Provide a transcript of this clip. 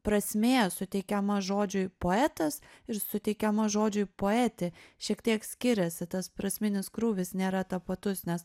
prasmė suteikiama žodžiui poetas ir suteikiama žodžiui poetė šiek tiek skiriasi tas prasminis krūvis nėra tapatus nes